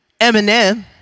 Eminem